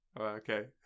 okay